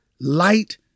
Light